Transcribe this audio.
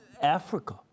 Africa